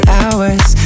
hours